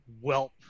whelp